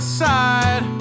side